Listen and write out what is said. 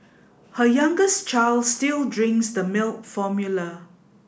her youngest child still drinks the milk formula